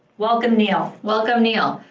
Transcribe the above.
welcome neil. welcome neil.